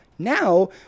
Now